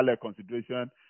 consideration